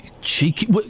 Cheeky